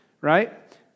right